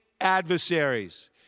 adversaries